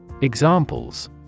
Examples